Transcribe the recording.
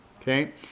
Okay